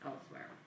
elsewhere